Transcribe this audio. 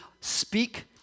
speak